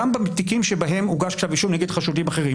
גם בתיקים שבהם הוגש כתב אישום נגד חשודים אחרים.